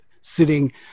sitting